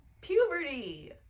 Puberty